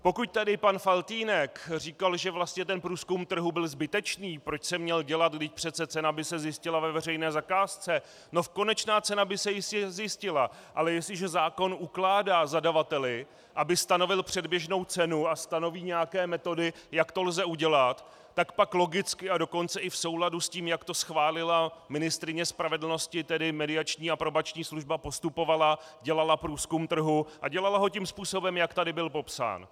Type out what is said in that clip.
Pokud tu pan Faltýnek říkal, že vlastně průzkum trhu byl zbytečný, proč se měl dělat, vždyť přece cena by se zjistila ve veřejné zakázce no konečná cena by se jistě zjistila, ale jestliže zákon ukládá zadavateli, aby stanovil předběžnou cenu, a stanoví nějaké metody, jak to lze udělat, tak pak logicky, a dokonce i v souladu s tím, jak to schválila ministryně spravedlnosti, tedy Probační a mediační služba postupovala, dělala průzkum trhu a dělala ho tím způsobem, jak tu byl popsán.